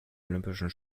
olympischen